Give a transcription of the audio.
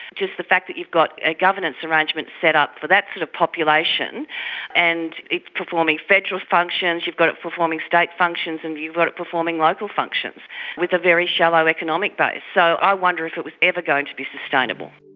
just the fact that you've got a governance arrangement set up for that sort of population and it's performing federal functions, you've got it performing state functions, and you've got it performing local functions with a very shallow economic base. so i wonder if it was ever going to be sustainable.